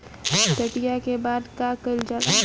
कटिया के बाद का कइल जाला?